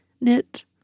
knit